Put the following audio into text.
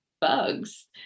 bugs